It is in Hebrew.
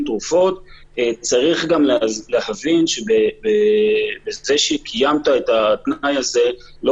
צריך גם להבין שבכך שקיימת את התנאי הזה לא